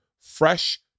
fresh